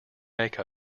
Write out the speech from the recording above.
make